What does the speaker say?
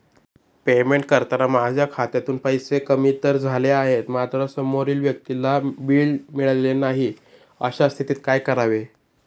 Payment करताना माझ्या खात्यातून पैसे कमी तर झाले आहेत मात्र समोरील व्यक्तीला बिल मिळालेले नाही, अशा स्थितीत काय करावे?